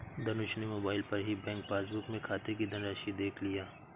धनुष ने मोबाइल पर ही बैंक पासबुक में खाते की धनराशि देख लिया